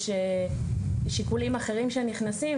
יש שיקולים אחרים שנכנסים,